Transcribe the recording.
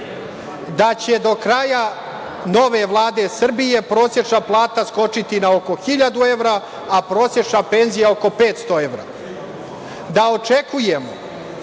da će do kraja nove Vlade Srbije prosečna plata skočiti na oko 1000 evra, a prosečna penzija oko 500 evra. Očekujemo